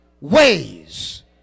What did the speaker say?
ways